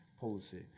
policy